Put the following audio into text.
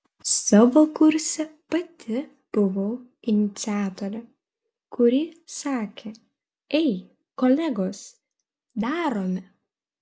savo kurse pati buvau iniciatorė kuri sakė ei kolegos darome